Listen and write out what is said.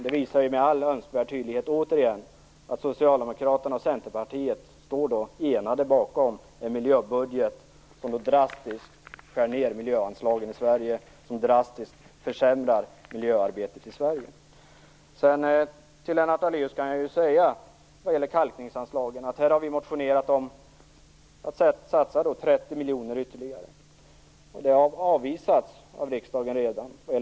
Det visar med all önskvärd tydlighet återigen att Socialdemokraterna och Centerpartiet står enade bakom en miljöbudget som innebär drastiska nedskärningar av miljöanslagen i Sverige, vilket drastiskt försämrar miljöarbetet i Jag kan till Lennart Daléus säga när det gäller kalkningsanslagen att vi har motionerat om att man skall satsa 30 miljoner ytterligare. Ramen för detta har redan avvisats av riksdagen.